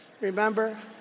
Remember